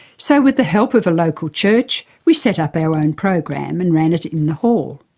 so, with the help of a local church we set up our own program and ran it in the hall.